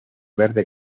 verde